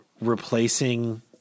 replacing